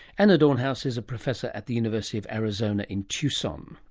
and dornhaus is a professor at the university of arizona in tucson